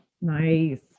Nice